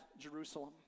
Jerusalem